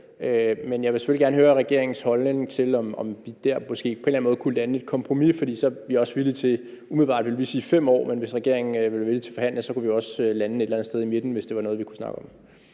Men jeg vil selvfølgelig gerne høre regeringens holdning til, om vi måske på en eller anden måde kunne lande et kompromis der, for umiddelbart vil vi sige 5 år, men hvis regeringen vil være villig til at forhandle, kunne vi også lande et eller andet sted i midten, hvis det var noget, vi kunne snakke om.